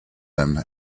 him